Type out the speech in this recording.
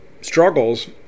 struggles